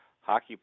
hockey